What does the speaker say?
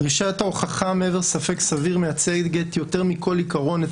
דרישת ההוכחה מעבר לספק סביר מייצגת יותר מכל עיקרון את